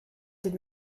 did